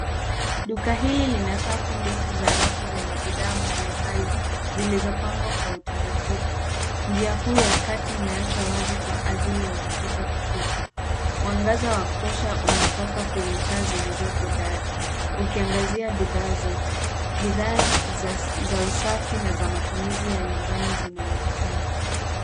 Duka hili lina safu ndefu za rafu ze nye bidhaa mbali-bali, zilizo pangwa kwa utaratibu. Njia kuu ya kati imeachwa wazi kwa ajili ya wateja kupita. Mwangaza wa kutosha, unatoka kwenye taa zilizopo dari. Ukiangazia bidhaa zote. Bidhaa za usafi na za matumizi ya nyumbani zinaonekana.